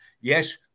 Yes